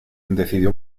decidió